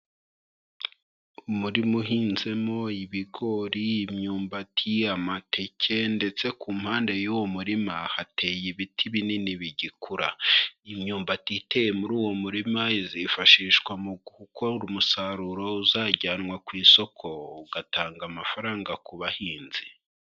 Umurima uhinzemo ibigori, imyumbati, amateke ndetse ku mpande y'uwo murima hateye ibiti binini bigikura, imyumbati iteye muri uwo murima izifashishwa mu gukora umusaruro uzajyanwa ku isoko ugatanga amafaranga ku bahinzi.